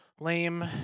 lame